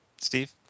Steve